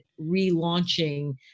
relaunching